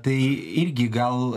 tai irgi gal